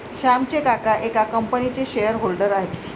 श्यामचे काका एका कंपनीचे शेअर होल्डर आहेत